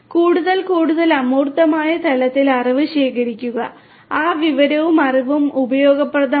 കൂടുതൽ കൂടുതൽ അമൂർത്തമായ തലത്തിൽ അറിവ് ശേഖരിക്കുക ആ വിവരവും അറിവും ഉപയോഗപ്രദമാകും